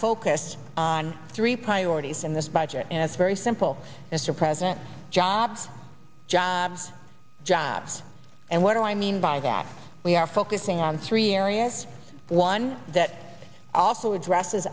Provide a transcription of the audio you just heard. focused on three priorities in this budget and it's very simple mr president jobs jobs jobs and what i mean by that we are focusing on three areas one that also addresses